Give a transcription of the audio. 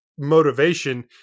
motivation